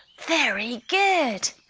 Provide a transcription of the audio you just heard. very good!